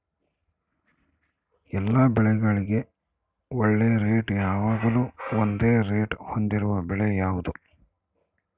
ಎಲ್ಲ ಬೆಳೆಗಳಿಗೆ ಒಳ್ಳೆ ರೇಟ್ ಯಾವಾಗ್ಲೂ ಒಂದೇ ರೇಟ್ ಹೊಂದಿರುವ ಬೆಳೆ ಯಾವುದು?